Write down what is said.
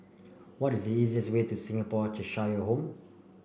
what is the easiest way to Singapore Cheshire Home